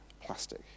plastic